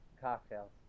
Cocktails